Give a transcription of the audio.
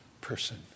person